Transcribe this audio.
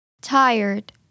Tired